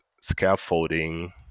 scaffolding